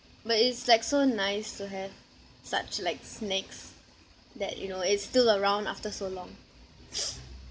but it's like so nice to have such like snacks that you know it's still around after so long